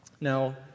Now